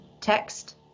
text